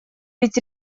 ведь